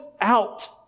out